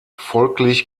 folglich